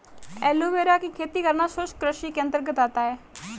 aloe vera की खेती करना शुष्क कृषि के अंतर्गत आता है